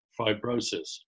fibrosis